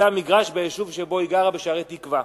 וקנתה מגרש ביישוב שבו היא גרה, בשערי-תקווה.